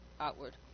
outward